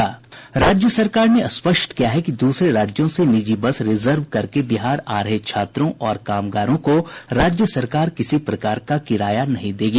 राज्य सरकार ने स्पष्ट किया है कि दूसरे राज्यों से निजी बस रिजर्व करके बिहार आ रहे छात्रों और कामगारों को राज्य सरकार किसी प्रकार का किराया नहीं देगी